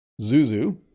Zuzu